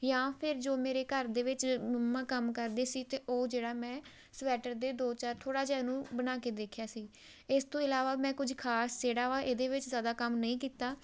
ਜਾਂ ਫਿਰ ਜੋ ਮੇਰੇ ਘਰ ਦੇ ਵਿੱਚ ਮੰਮਾ ਕੰਮ ਕਰਦੇ ਸੀ ਅਤੇ ਉਹ ਜਿਹੜਾ ਮੈਂ ਸਵੈਟਰ ਦੇ ਦੋ ਚਾਰ ਥੋੜ੍ਹਾ ਜਿਹਾ ਇਹਨੂੰ ਬਣਾ ਕੇ ਦੇਖਿਆ ਸੀ ਇਸ ਤੋਂ ਇਲਾਵਾ ਮੈਂ ਕੁਝ ਖ਼ਾਸ ਜਿਹੜਾ ਵਾ ਇਹਦੇ ਵਿੱਚ ਜ਼ਿਆਦਾ ਕੰਮ ਨਹੀਂ ਕੀਤਾ